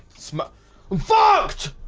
smart fucked